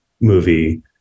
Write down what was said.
movie